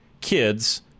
kids